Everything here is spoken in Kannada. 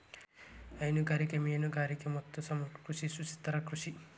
ಹೈನುಗಾರಿಕೆ, ಮೇನುಗಾರಿಗೆ ಮತ್ತು ಸಮಗ್ರ ಕೃಷಿ ಸುಸ್ಥಿರ ಕೃಷಿ